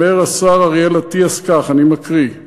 אומר השר אריאל אטיאס כך, אני מקריא: